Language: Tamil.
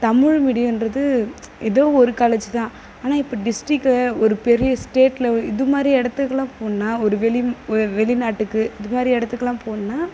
தமிழ் மீடியம்ன்றது எதோ ஒரு காலேஜ் தான் ஆனால் டிஸ்ட்ரிக் ஒரு பெரிய ஸ்டேட் லெவல் இதுமாதிரி இடத்துக்கெலாம் போனால் ஒரு வெளி வெளி நாட்டுக்கு இதுமாதிரி இடத்துக்கெலாம் போனால்